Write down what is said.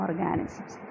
organisms